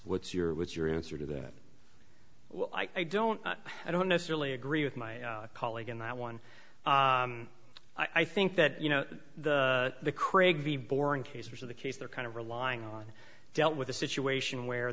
what's your what's your answer to that well i don't i don't necessarily agree with my colleague in that one i think that you know the the craig v boring case was of the case they're kind of relying on dealt with a situation where